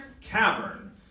Cavern